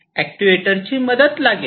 अॅक्ट्युएटरची मदत लागेल